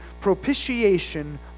propitiation